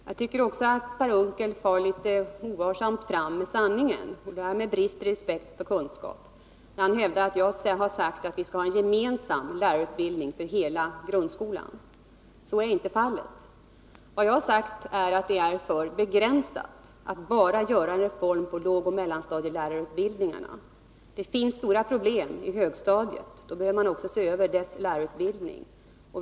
Jag tycker också att Per Unckel far litet ovarsamt fram med sanningen och därmed brister i respekt för kunskap, när han hävdar att jag har sagt att vi skall ha en gemensam lärarutbildning för hela grundskolan. Jag har sagt att det är för begränsat att bara göra en reform för lågoch mellanstadielärarutbildningarna. Det finns stora problem i högstadiet, och därför bör man också se över den lärarutbildningen.